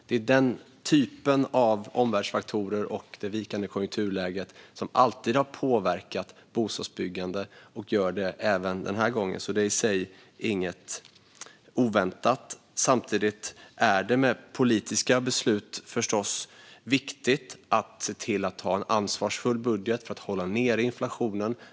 Det är den typen av omvärldsfaktorer och det vikande konjunkturläget som alltid har påverkat bostadsbyggande och gör det även den här gången. Det är i sig inget oväntat. Samtidigt är det med politiska beslut förstås viktigt att se till att ha en ansvarsfull budget för att hålla nere inflationen.